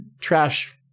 trash